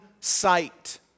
sight